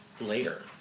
later